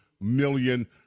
million